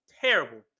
terrible